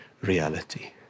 reality